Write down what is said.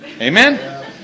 Amen